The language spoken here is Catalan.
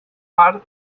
mar